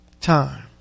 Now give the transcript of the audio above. time